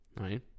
right